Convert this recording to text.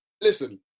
Listen